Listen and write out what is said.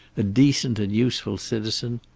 a decent and useful citizen,